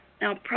Now